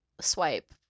swipe